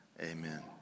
Amen